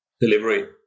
delivery